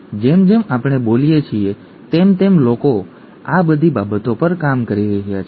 અને જેમ જેમ આપણે બોલીએ છીએ તેમ તેમ લોકો આ બધી બાબતો પર કામ કરી રહ્યા છે